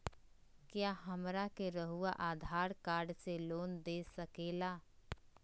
क्या हमरा के रहुआ आधार कार्ड से लोन दे सकेला?